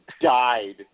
died